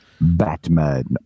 Batman